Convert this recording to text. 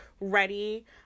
ready